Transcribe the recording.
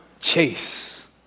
chase